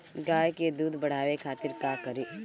गाय के दूध बढ़ावे खातिर का करी?